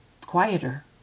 quieter